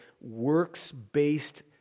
works-based